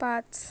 पाच